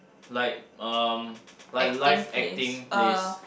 like um like live acting place